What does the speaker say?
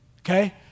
Okay